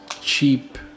cheap